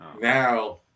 now